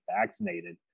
vaccinated